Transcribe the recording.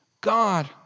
God